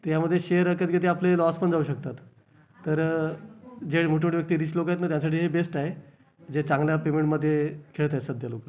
त्यामध्ये शेअर कधी कधी आपले लॉस पण जाऊ शकतात तर जे मोठे मोठे व्यक्ती रिच लोकं आहेत ना त्यांच्यासाठी हे बेस्ट आहे जे चांगल्या पेमेंटमध्ये खेळत आहेत सध्या लोकं